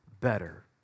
better